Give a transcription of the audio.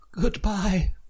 Goodbye